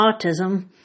autism